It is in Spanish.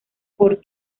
por